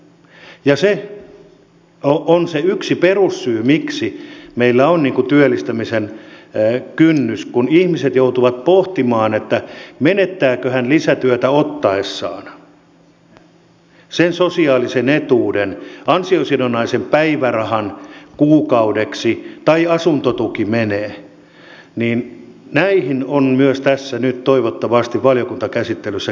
ja se on se yksi perussyy miksi meillä on työllistämisen kynnys kun ihminen joutuu pohtimaan menettääkö hän lisätyötä ottaessaan sen sosiaalisen etuuden ansiosidonnaisen päivärahan kuukaudeksi tai asuntotuki menee ja näihin on myös tässä nyt toivottavasti valiokuntakäsittelyssä kiinnitettävä huomiota